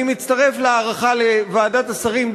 אני מצטרף להערכה לוועדת השרים.